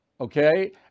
okay